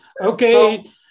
Okay